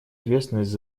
ответственность